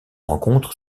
rencontre